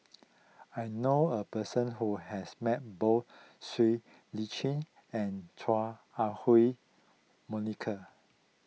I knew a person who has met both Siow Lee Chin and Chua Ah Huwa Monica